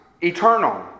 eternal